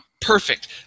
Perfect